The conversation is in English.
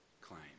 claim